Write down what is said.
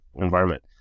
environment